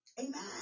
Amen